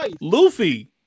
Luffy